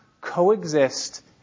coexist